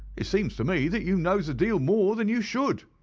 it seems to me that you knows a deal more than you should.